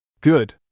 Good